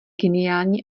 geniální